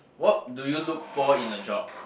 what do you look for in the job